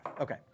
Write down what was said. okay